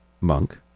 Monk